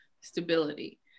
stability